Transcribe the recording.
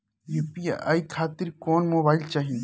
UPI खातिर कौन mobile चाहीं?